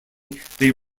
they